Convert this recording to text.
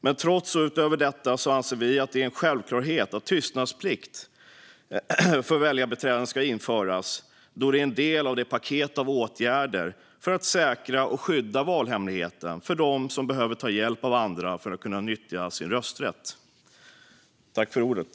Men trots och utöver detta anser vi att det är en självklarhet att tystnadsplikt för väljarbiträden ska införas då det är en del av paketet av åtgärder för att säkra och skydda valhemligheten för dem som behöver ta hjälp av andra för att kunna nyttja sin rösträtt.